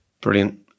Brilliant